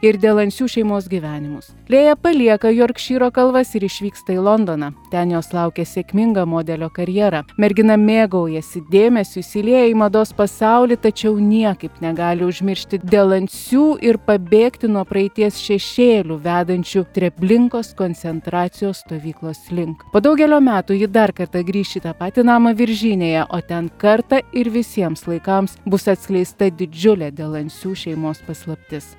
ir delansių šeimos gyvenimus lėja palieka jorkšyro kalvas ir išvyksta į londoną ten jos laukia sėkminga modelio karjera mergina mėgaujasi dėmesiu įsilieja į mados pasaulį tačiau niekaip negali užmiršti delansių ir pabėgti nuo praeities šešėlių vedančių treblinkos koncentracijos stovyklos link po daugelio metų ji dar kartą grįš į tą patį namą viržynėje o ten kartą ir visiems laikams bus atskleista didžiulė delansių šeimos paslaptis